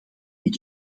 niet